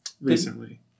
recently